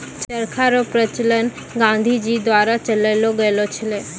चरखा रो प्रचलन गाँधी जी द्वारा चलैलो गेलो छै